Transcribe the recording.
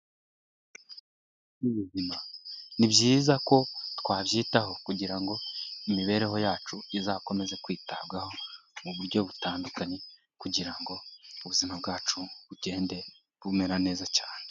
Ibigonderabuzima ni byiza ko twabyitaho kugira ngo imibereho yacu izakomeze kwitabwaho mu buryo butandukanye kugira ngo ubuzima bwacu bugende bumera neza cyane .